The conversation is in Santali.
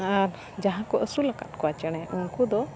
ᱟᱨ ᱡᱟᱦᱟᱸ ᱠᱚ ᱟᱹᱥᱩᱞ ᱟᱠᱟᱫ ᱠᱚᱣᱟ ᱪᱮᱬᱮ ᱩᱱᱠᱩ ᱫᱚ